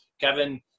Kevin